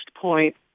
point